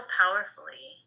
powerfully